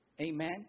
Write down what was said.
Amen